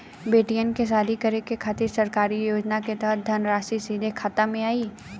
बेटियन के शादी करे के खातिर सरकारी योजना के तहत धनराशि सीधे खाता मे आई?